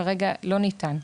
כרגע לא ניתן.